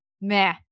meh